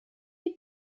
had